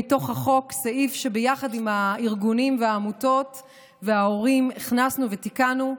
מתוך החוק סעיף שביחד עם הארגונים והעמותות וההורים הכנסנו ותיקנו: